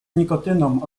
nikotyną